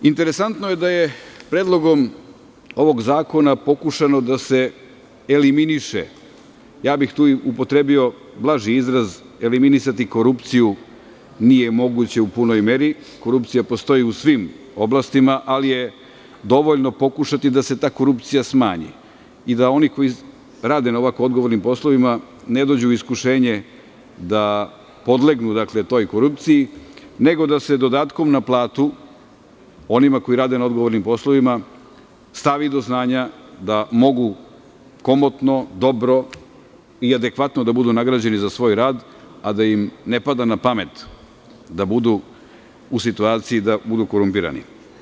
Interesantno je da je Predlogom ovog zakona pokušano da se eliminiše, tu bih upotrebio blaži izraz, eliminisati korupciju, nije moguće u punoj meri, korupcija postoji u svim oblastima, ali je dovoljno pokušati da se ta korupcija smanji i da oni koji rade na ovako odgovornim poslovima ne dođu u iskušenje podlegnu toj korupciji, nego da se dodatkom na platu onima koji rade na odgovornim poslovima, stavi do znanja da mogu komotno dobro i adekvatno da budu nagrađeni za svoj rad, a da im ne pada na pamet da budu u situaciji da budu korumpirani.